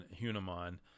Hunamon